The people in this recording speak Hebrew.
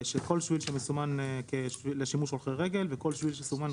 כל שביל שמסומן לשימוש הולכי רגל וכל שביל שסומן